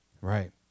Right